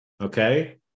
okay